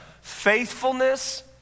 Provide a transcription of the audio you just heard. Faithfulness